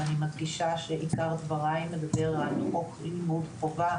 אבל אני מדגישה שעיקר דבריי מדברים על חוק חינוך חובה,